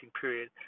period